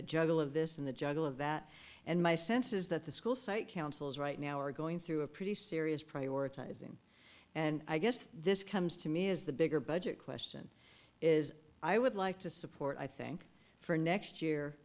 the juggle of this and the juggle of that and my sense is that the school site councils right now are going through a pretty serious prioritizing and i guess this comes to me is the bigger budget question is i would like to support i think for next year